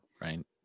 right